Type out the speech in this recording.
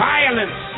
Violence